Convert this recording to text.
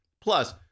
plus